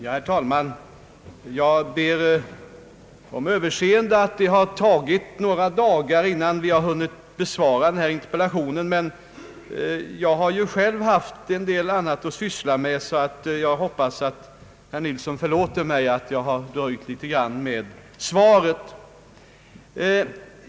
Herr talman! Jag ber om överseende för att det har tagit några dagar innan jag har hunnit besvara interpellationen, men jag har själv haft en del annat att syssla med, och jag hoppas att herr Nilsson förlåter mig att jag dröjt något med svaret.